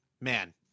man